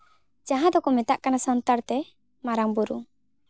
ᱡᱟᱦᱟᱸ ᱫᱚ ᱢᱮᱛᱟᱜ ᱠᱟᱱᱟ ᱥᱟᱱᱛᱟᱲ ᱛᱮ ᱢᱟᱨᱟᱝᱼᱵᱩᱨᱩ